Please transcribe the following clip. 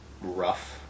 rough